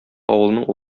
авылның